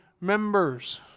members